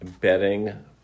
betting